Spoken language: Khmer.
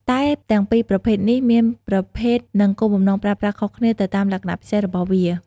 តែទាំងពីរប្រភេទនេះមានប្រភេទនិងគោលបំណងប្រើប្រាស់ខុសគ្នាទៅតាមលក្ខណៈពិសេសរបស់វា។